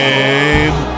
Game